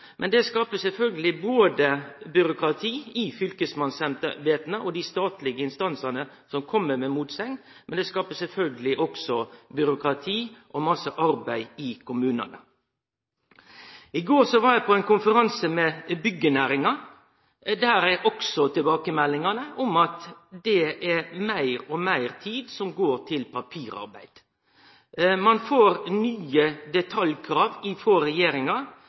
byråkrati i både fylkesmannsembeta og i dei statlege instansane som kjem med motsegner, men det skapar sjølvsagt også byråkrati og masse arbeid i kommunane. I går var eg på ein konferanse med byggjenæringa. Der var også tilbakemeldingane at meir og meir tid går til papirarbeid. Ein får nye detaljkrav frå regjeringa